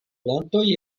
plantoj